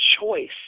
choice